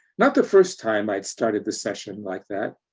not the first time i'd started the session like that.